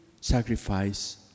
sacrifice